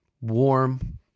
warm